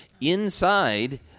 Inside